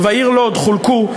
בעיר לוד חולקו,